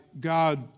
God